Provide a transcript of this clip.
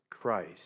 Christ